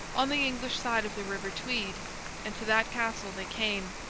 on the english side of the river tweed and to that castle they came.